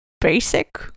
Basic